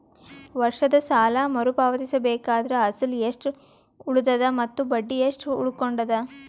ವರ್ಷದ ಸಾಲಾ ಮರು ಪಾವತಿಸಬೇಕಾದರ ಅಸಲ ಎಷ್ಟ ಉಳದದ ಮತ್ತ ಬಡ್ಡಿ ಎಷ್ಟ ಉಳಕೊಂಡದ?